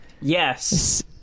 Yes